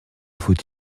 faut